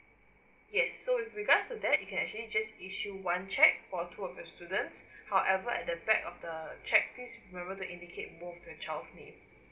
yes so with regards to that you can actually just issue one cheque for two of the students however at the back of the cheque please remember to indicate both of the child's names